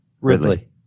Ridley